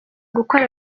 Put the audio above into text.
gukora